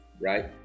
right